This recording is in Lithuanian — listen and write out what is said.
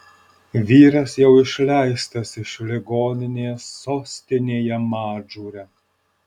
vyras jau išleistas iš ligoninės sostinėje madžūre